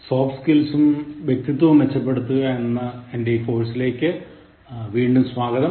soft സ്കിൽസും വ്യക്തിത്വവും മെച്ചപ്പെടുത്തുക എന്ന എൻറെ ഈ കോഴ്സിലേക്ക് വീണ്ടും സ്വാഗതം